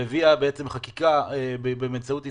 והביאה חקיקה באמצעות הסתייגות,